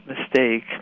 mistake